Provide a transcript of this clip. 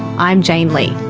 i'm jane lee